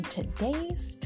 today's